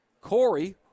Corey